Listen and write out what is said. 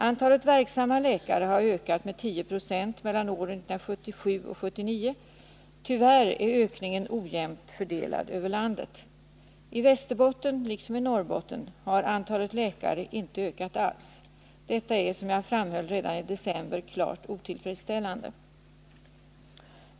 Antalet verksamma läkare har ökat med 10 96 mellan åren 1977 och 1979. Tyvärr är ökningen ojämnt fördelad över landet. I Västerbotten, liksom i Norrbotten, har antalet läkare inte ökat alls. Detta är, som jag framhöll redan i december, klart otillfredsställande.